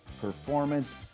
performance